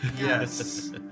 Yes